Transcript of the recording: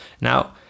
Now